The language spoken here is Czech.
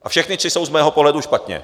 A všechny tři jsou z mého pohledu špatně.